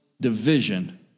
division